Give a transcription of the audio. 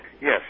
Yes